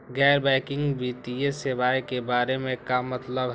गैर बैंकिंग वित्तीय सेवाए के बारे का मतलब?